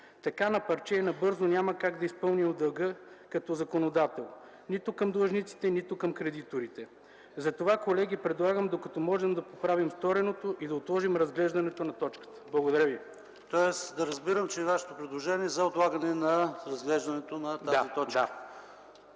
Така на парче и набързо няма как да изпълним дълга като законодател нито към длъжниците, нито към кредиторите. Затова, колеги, предлагам – докато можем, да поправим стореното и да отложим разглеждането на точката. Благодаря Ви. ПРЕДСЕДАТЕЛ ПАВЕЛ ШОПОВ: Да разбирам, че Вашето предложение е за отлагане на разглеждането на тази точка. Има